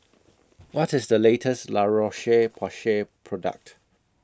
What IS The latest La Roche Porsay Product